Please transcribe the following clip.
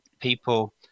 people